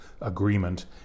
agreement